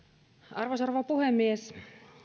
arvoisa rouva puhemies